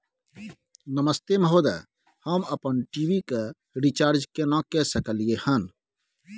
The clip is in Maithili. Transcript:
नमस्ते महोदय, हम अपन टी.वी के रिचार्ज केना के सकलियै हन?